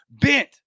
bent